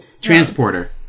Transporter